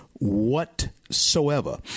Whatsoever